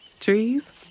trees